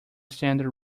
standard